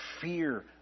fear